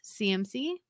CMC